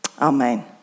Amen